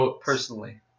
personally